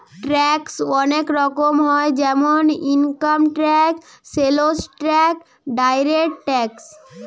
ট্যাক্সে অনেক রকম হয় যেমন income tax, sales tax, direct tax